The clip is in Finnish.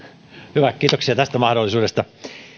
hyvä kiitoksia tästä mahdollisuudesta